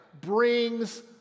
brings